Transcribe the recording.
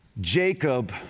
Jacob